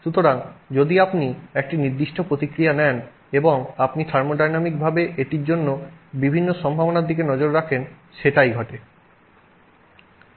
সুতরাং যদি আপনি একটি নির্দিষ্ট প্রতিক্রিয়া নেন এবং আপনি থার্মোডায়নেমিকভাবে এটির জন্য এমন বিভিন্ন সম্ভাবনার দিকে নজর রাখেন সেটাই ঘটে